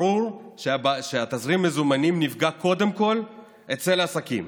ברור שתזרים המזומנים נפגע קודם כול אצל העסקים.